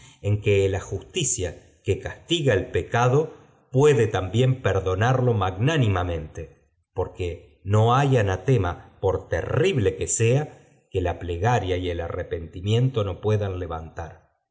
en que la ajusticia que castiga el pecado puede también perdonarlo magnánimamente porque no hay anatema por terrible que sea que la plegaria j arr epentimientü no puedan levantar